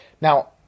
now